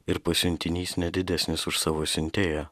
ir pasiuntinys ne didesnis už savo siuntėją